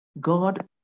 God